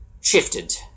shifted